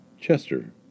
Chester